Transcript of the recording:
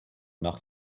nach